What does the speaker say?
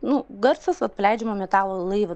nu garsas vat paleidžiamo metalo į laivą